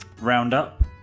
roundup